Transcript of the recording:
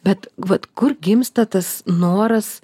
bet vat kur gimsta tas noras